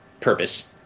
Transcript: purpose